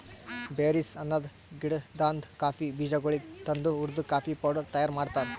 berries ಅನದ್ ಗಿಡದಾಂದ್ coffee ಬೀಜಗೊಳಿಗ್ ತಂದು ಹುರ್ದು ಕಾಫಿ ಪೌಡರ್ ತೈಯಾರ್ ಮಾಡ್ತಾರ್